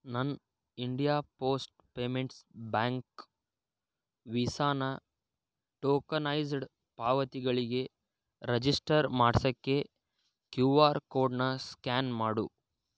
ನನ್ನ India post payments bank ವೀಸಾನ tokenised ಪಾವತಿಗಳಿಗೆ ರಜಿಸ್ಟರ್ ಮಾಡ್ಸೋಕ್ಕೆ ಕ್ಯೂ ಆರ್ ಕೋಡ್ನ ಸ್ಕ್ಯಾನ್ ಮಾಡು